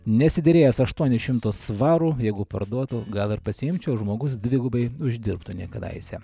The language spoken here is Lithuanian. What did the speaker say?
nesiderėjęs aštuonis šimtus svarų jeigu parduotų gal ir pasiimčiau žmogus dvigubai uždirbtų nei kadaise